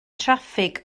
traffig